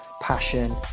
passion